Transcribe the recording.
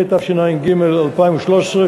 התשע"ג 2013,